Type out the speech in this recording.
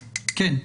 כן.